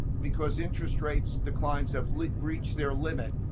because interest rates declines have like reached their limit.